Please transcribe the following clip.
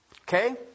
Okay